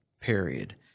Period